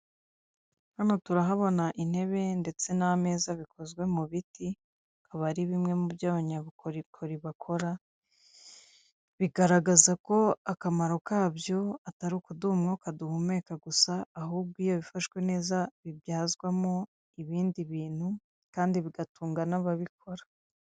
Hano turahabona intebe ndetse n'ameza bikozwe mu biti biba ar i mu byo abanyabukorikori bakora bigaragaza ko akamaro kabya atari kuduha umwuka duhumeka gusa ahubwo iyo bifashwe neza bibyazwamo ibindi bintu kandi bigatunga n'ababikora.